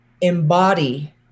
embody